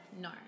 No